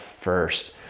first